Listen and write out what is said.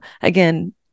again